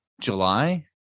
July